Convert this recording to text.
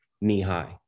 knee-high